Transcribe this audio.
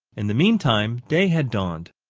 in the meantime day had dawned.